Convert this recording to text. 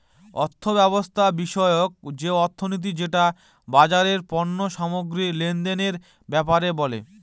অর্থব্যবস্থা বিষয়ক যে অর্থনীতি সেটা বাজারের পণ্য সামগ্রী লেনদেনের ব্যাপারে বলে